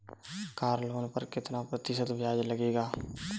Car loan पर कितना प्रतिशत ब्याज लगेगा?